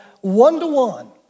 one-to-one